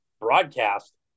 broadcast